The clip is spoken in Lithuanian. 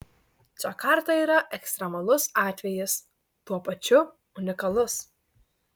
džakarta yra ekstremalus atvejis tuo pačiu unikalus